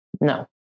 No